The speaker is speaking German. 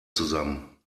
zusammen